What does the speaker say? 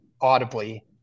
audibly